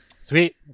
sweet